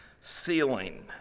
ceiling